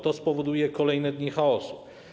To spowoduje kolejne dni chaosu.